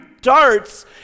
darts